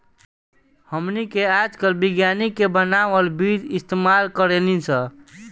हमनी के आजकल विज्ञानिक के बानावल बीज इस्तेमाल करेनी सन